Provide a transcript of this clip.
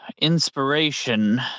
inspiration